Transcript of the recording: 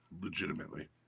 Legitimately